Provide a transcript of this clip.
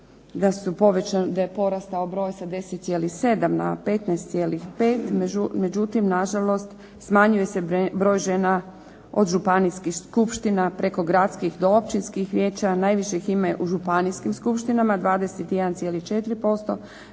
da je porastao broj sa 10,7 na 15,5 međutim na žalost smanjuje se broj žena od županijskih skupština, preko gradskih do općinskih vijeća, najviše ih ima u županijskim skupštinama 21,4%